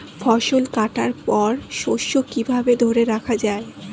ফসল কাটার পর শস্য কিভাবে ধরে রাখা য়ায়?